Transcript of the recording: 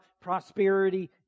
prosperity